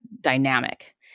dynamic